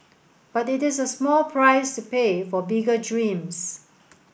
but it is a small price to pay for bigger dreams